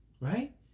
Right